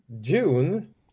June